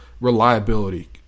reliability